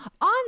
on